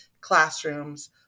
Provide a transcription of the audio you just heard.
classrooms